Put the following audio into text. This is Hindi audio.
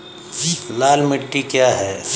लाल मिट्टी क्या है?